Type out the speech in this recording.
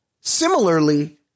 Similarly